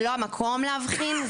זה לא המקום להבחין.